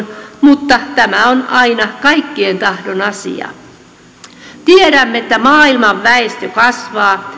mutta tämä on aina kaikkien tahdon asia tiedämme että maailman väestö kasvaa